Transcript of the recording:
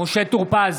משה טור פז,